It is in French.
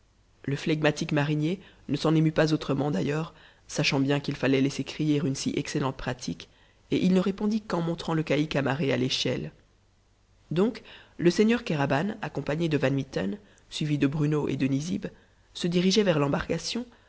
le flegmatique marinier ne s'en émut pas autrement d'ailleurs sachant bien qu'il fallait laisser crier une si excellente pratique et il ne répondit qu'en montrant le caïque amarré à l'échelle donc le seigneur kéraban accompagné de van mitten suivi de bruno et de nizib se dirigeait vers l'embarcation